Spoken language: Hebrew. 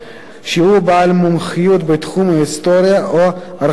שהוא בעל מומחיות בתחום ההיסטוריה או הארכיאולוגיה,